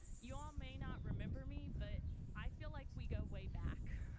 you all may not remember me but i feel like we go way back.